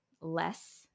less